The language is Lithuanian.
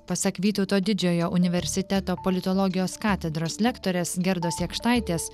pasak vytauto didžiojo universiteto politologijos katedros lektorės gerdos jakštaitės